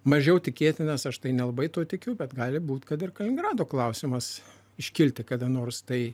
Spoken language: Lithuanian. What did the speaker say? mažiau tikėtinas aš tai nelabai tuo tikiu bet gali būt kad ir kaliningrado klausimas iškilti kada nors tai